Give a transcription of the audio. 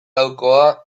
laukoa